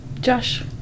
Josh